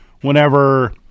whenever